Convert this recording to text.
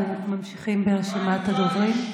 אנחנו ממשיכים ברשימת הדוברים.